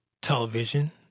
television